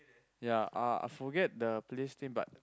ya uh forget the place name but